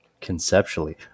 conceptually